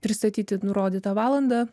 pristatyti nurodytą valandą